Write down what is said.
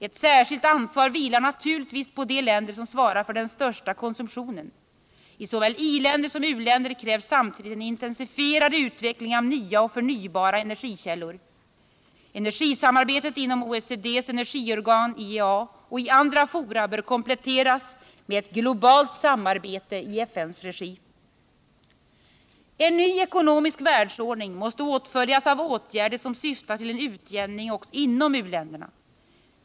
Ett särskilt ansvar vilar naturligtvis på de länder som svarar för den största konsumtionen. I såväl i-länder som u-länder krävs samtidigt en intensifierad utveckling av nya och förnybara energikällor. Energisamarbetet inom OECD:s energiorgan IEA och i andra fora bör kompletteras med ett globalt samarbete i FN:s regi. En ny ekonomisk världsordning måste åtföljas av åtgärder som syftar till en utjämning inom u-länderna.